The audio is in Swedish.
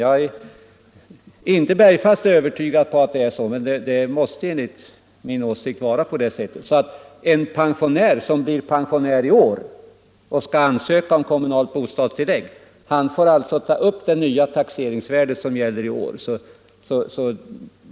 Jag är visserligen inte bergfast övertygad om att det förhåller sig så, men det bör enligt min mening tydas på det sättet. En person som blir pensionär i år och skall ansöka om kommunalt bostadstillägg får därför ta upp det nya taxeringsvärde som gäller i år.